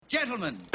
Gentlemen